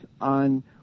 on